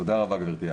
תודה רבה, גברתי.